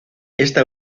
esta